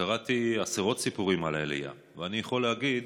קראתי עשרות סיפורים על עלייה, ואני יכול להגיד